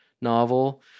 novel